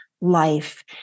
life